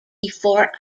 before